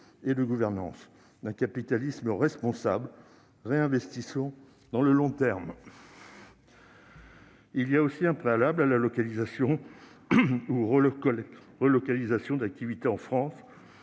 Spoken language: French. et de gouvernance -d'un capitalisme responsable. Réinvestissons dans le long terme ! Il y a aussi un préalable à la localisation ou la relocalisation d'activités en France